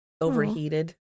overheated